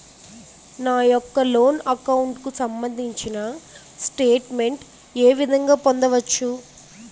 నా యెక్క loan account కు సంబందించిన స్టేట్ మెంట్ ఏ విధంగా పొందవచ్చు?